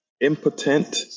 impotent